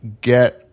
get